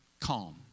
calm